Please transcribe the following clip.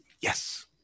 yes